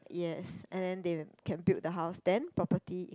yes and then they can build the house then property